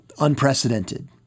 unprecedented